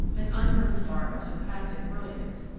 an unknown star of surpassing brilliance.